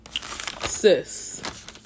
Sis